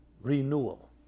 Renewal